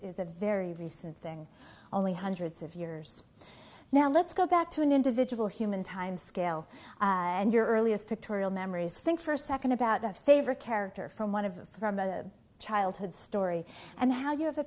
is a very recent thing only hundreds of years now let's go back to an individual human time scale and your earliest pictorial memories think for a second about a favorite character from one of them a childhood story and how you